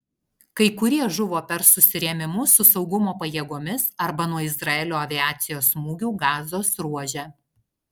kai kurie žuvo per susirėmimus su saugumo pajėgomis arba nuo izraelio aviacijos smūgių gazos ruože